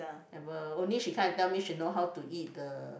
never only she come and tell me she know how to eat the